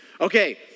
Okay